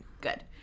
Good